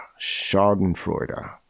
Schadenfreude